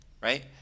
right